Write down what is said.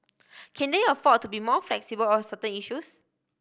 can they afford to be more flexible on certain issues